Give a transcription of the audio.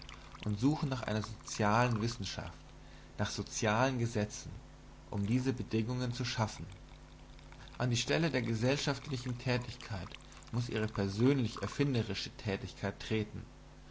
und suchen nach einer sozialen wissenschaft nach sozialen gesetzen um diese bedingungen zu schaffen an die stelle der gesellschaftlichen tätigkeit muß ihre persönlich erfinderische tätigkeit treten